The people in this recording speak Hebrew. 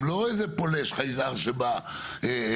היא לא חייזר או פולש שבא למקום.